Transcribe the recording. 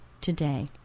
today